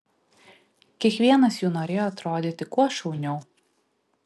kiekvienas jų norėjo atrodyti kuo šauniau